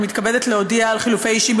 אני מתכבדת להודיע על חילופי אישים